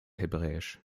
hebräisch